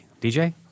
DJ